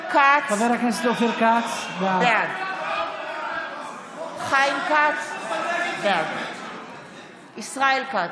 כץ, בעד חיים כץ, בעד ישראל כץ,